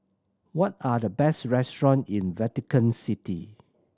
what are the best restaurant in Vatican City